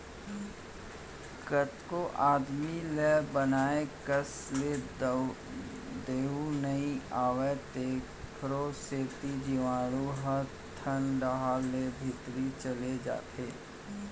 कतेक आदमी ल बने कस ले दुहे नइ आवय तेकरे सेती जीवाणु ह थन डहर ले भीतरी चल देथे